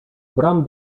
bram